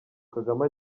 kagame